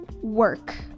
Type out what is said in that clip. work